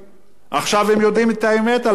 עכשיו הם יודעים את האמת על הממשלה הזאת: